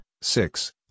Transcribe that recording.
six